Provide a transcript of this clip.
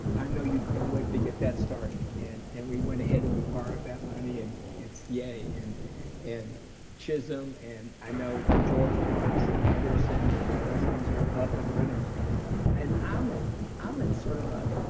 i know you couldn't wait to get that started. and and we went ahead and we borrowed that money and it's yay. and and chisholm, and i know george marks and pearson and and those things are up and running and um and i'm in sort of a,